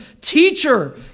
Teacher